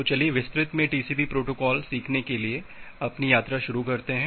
तो चलिए विस्तृत में टीसीपी प्रोटोकॉल सीखने के लिए अपनी यात्रा शुरू करते हैं